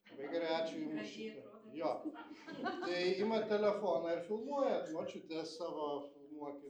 labai gerai ačiū jum už šitą jo tai imat telefoną ir filmuojat močiutes savo filmuokit